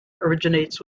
originates